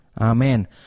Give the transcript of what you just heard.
Amen